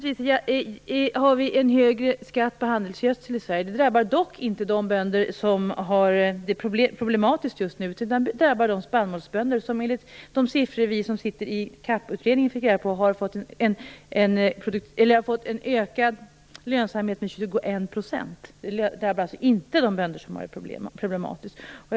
Vi har en hög skatt på handelsgödsel i Sverige. Det drabbar dock inte de bönder som har det problematiskt just nu utan de spannmålsbönder som, enligt de siffror som vi som sitter i CAP-utredningen fick reda på, har fått lönsamheten ökad med 21 %. Det drabbar alltså inte de bönder som har det problematiskt i dag.